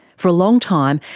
for a long time,